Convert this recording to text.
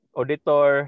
auditor